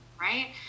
right